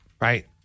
right